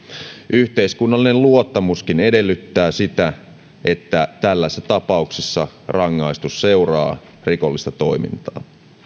yhteiskunnallinen luottamuskin edellyttää sitä että tällaisissa tapauksissa rangaistus seuraa rikollista toimintaa